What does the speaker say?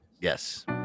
Yes